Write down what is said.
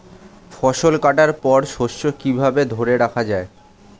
ফসল কাটার পর শস্য কিভাবে ধরে রাখা য়ায়?